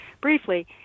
briefly